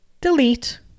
Delete